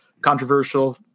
controversial